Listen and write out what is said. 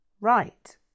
Right